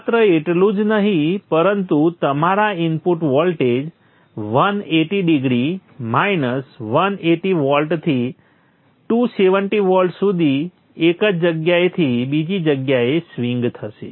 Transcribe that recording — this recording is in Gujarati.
માત્ર એટલું જ નહીં પરંતુ તમારા ઇનપુટ વોલ્ટેજ 180 ડિગ્રી માઈનસ 180 વોલ્ટથી 270 વોલ્ટ સુધી એક જગ્યાએથી બીજી જગ્યાએ સ્વિંગ થશે